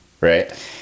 right